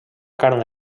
carn